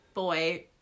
boy